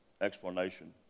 Explanation